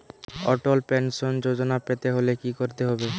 অটল pension যোজনা পেতে হলে কি করতে হবে?